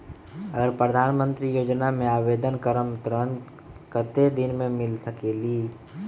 अगर प्रधानमंत्री योजना में आवेदन करम त ऋण कतेक दिन मे मिल सकेली?